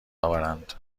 آورند